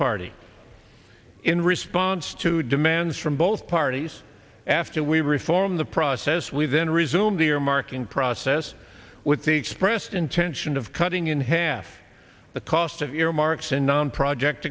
party in response to demands from both parties after we reform the process we then resumed the earmarking process with the expressed intention of cutting in half the cost of earmarks in non project